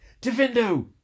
Defendo